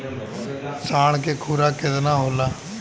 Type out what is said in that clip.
साँढ़ के खुराक केतना होला?